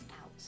out